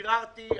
ביררתי,